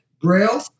Braille